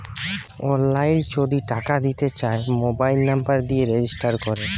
অললাইল যদি টাকা দিতে চায় মবাইল লম্বর দিয়ে রেজিস্টার ক্যরে